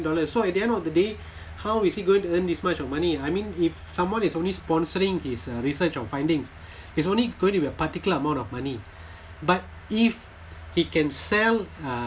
dollar so at the end of the day how is he going earn this much of money I mean if someone is only sponsoring his uh research or finding it's only going to be a particular amount of money but if he can sell uh